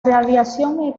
radiación